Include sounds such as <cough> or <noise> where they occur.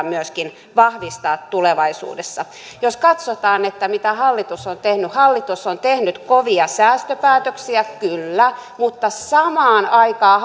<unintelligible> myöskin vahvistaa tulevaisuudessa jos katsotaan mitä hallitus on tehnyt hallitus on tehnyt kovia säästöpäätöksiä kyllä mutta samaan aikaan <unintelligible>